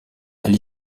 elle